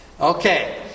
Okay